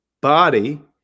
body